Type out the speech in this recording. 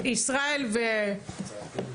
ישראל ושמרית,